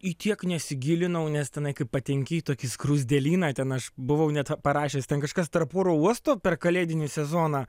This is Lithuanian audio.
į tiek nesigilinau nes tenai kai patenki į tokį skruzdėlyną ten aš buvau net parašęs ten kažkas tarp oro uosto per kalėdinį sezoną